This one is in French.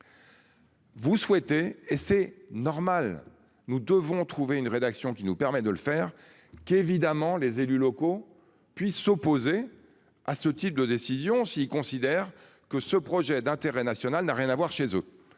Vous souhaitez et c'est normal. Nous devons trouver une rédaction qui nous permet de le faire qu'évidemment les élus locaux puissent s'opposer à ce type de décision s'il considère que ce projet d'intérêt national n'a rien à voir chez eux.